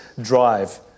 drive